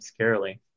scarily